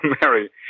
Mary